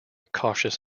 cautious